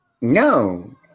no